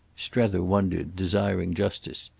strether wondered, desiring justice.